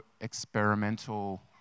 experimental